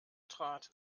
trat